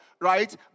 Right